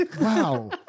Wow